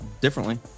differently